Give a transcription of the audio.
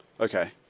Okay